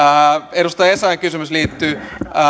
edustaja essayahin kysymys liittyi